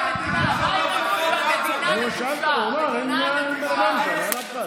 הוא אמר לך: אין אף אחד.